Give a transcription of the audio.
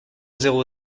zéro